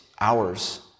hours